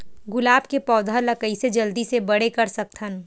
गुलाब के पौधा ल कइसे जल्दी से बड़े कर सकथन?